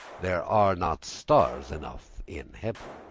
there are not stars enough in heaven.